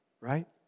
right